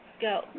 Go